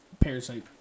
Parasite